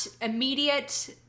immediate